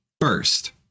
first